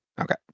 Okay